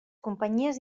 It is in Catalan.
companyies